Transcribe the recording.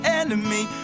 enemy